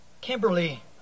Kimberly